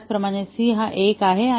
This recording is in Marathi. आणि त्याचप्रमाणे C 1 आहे